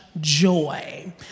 Joy